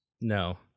no